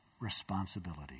responsibility